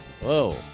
Whoa